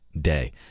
day